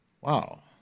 Wow